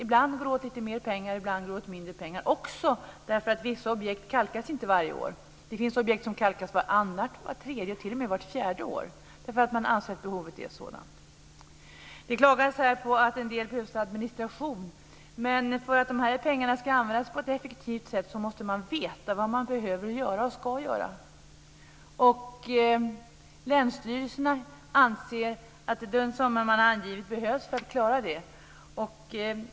Ibland går åt lite mer pengar, ibland lite mindre, också därför att vissa objekt inte kalkas varje år. Det finns objekt som kalkas vartannat, vart tredje, t.o.m. vart fjärde år därför att man anser att behovet är sådant. Det klagades här på att en del behövs till administration. Men för att de här pengarna ska användas på ett effektivt sätt måste man veta vad man behöver göra och ska göra. Länsstyrelserna anser att den summa som angivits behövs för att klara det.